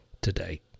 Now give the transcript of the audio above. today